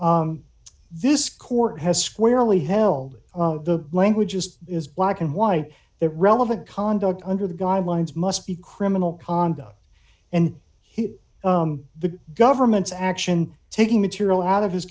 computer this court has squarely held the language as is black and white that relevant conduct under the guidelines must be criminal conduct and hit the government's action taking material out of his